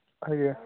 ଆଜ୍ଞା